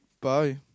bye